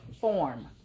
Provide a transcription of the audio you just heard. form